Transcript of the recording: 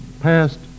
passed